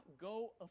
go